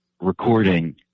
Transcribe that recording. recording